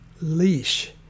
leash